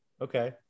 Okay